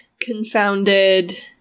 confounded